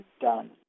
done